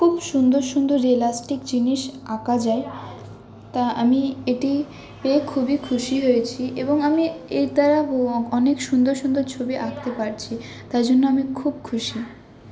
খুব সুন্দর সুন্দর রিয়ালাস্টিক জিনিস আঁকা যায় তা আমি এটি পেয়ে খুবই খুশি হয়েছি এবং আমি এর দ্বারা অনেক সুন্দর সুন্দর ছবি আঁকতে পারছি তাই জন্য আমি খুব খুশি